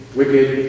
wicked